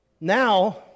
Now